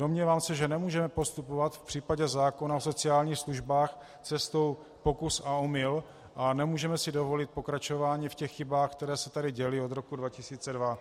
Domnívám se, že nemůžeme postupovat v případě zákona o sociálních službách cestou pokus a omyl a nemůžeme si dovolit pokračování v těch chybách, které se tady děly od roku 2002.